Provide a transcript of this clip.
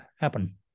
happen